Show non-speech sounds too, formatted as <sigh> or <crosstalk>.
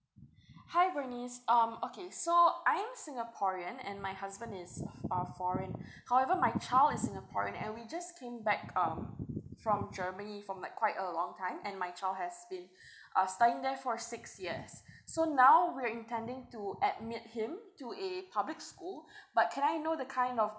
<breath> hi bernice um okay so I'm singaporean and my husband is uh foreign however my child is singaporean and we just came back um from germany from like quite a long time and my child has been uh staying there for six years so now we're intending to admit him to a public school but can I know the kind of